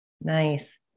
Nice